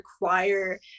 require